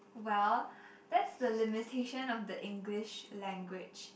well that's the limitation of the English language